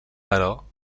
però